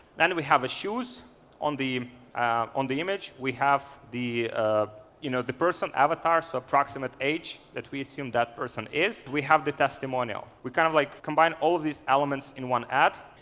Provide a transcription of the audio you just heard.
then we have shoes on the on the image. we have the ah you know the person avatars, so approximate age that we assume that person is. we have the testimonial. we kind of like combine all these elements in one ad.